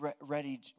Ready